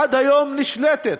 עד היום נשלטת